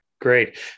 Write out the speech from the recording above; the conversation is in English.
Great